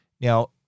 Now